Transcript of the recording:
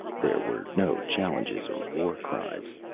there were no challenges or war-cries.